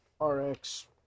RX